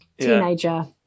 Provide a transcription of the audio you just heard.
teenager